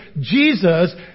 Jesus